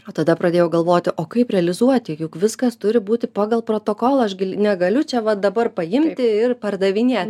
o tada pradėjau galvoti o kaip realizuoti juk viskas turi būti pagal protokolą aš gil negaliu čia va dabar paimti ir pardavinė